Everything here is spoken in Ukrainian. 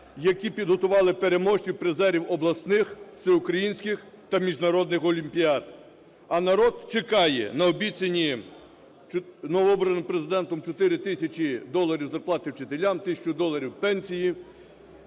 які підготували переможців, призерів обласних, всеукраїнських та міжнародних олімпіад. А народ чекає на обіцяні новообраним Президентом 4 тисячі доларів зарплати вчителям, 1 тисячу доларів пенсії,